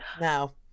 Now